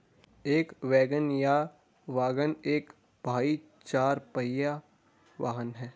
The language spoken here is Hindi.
एक वैगन या वाग्गन एक भारी चार पहिया वाहन है